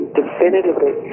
definitively